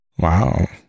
Wow